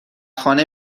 خانه